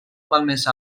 malmesa